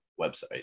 website